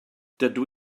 dydw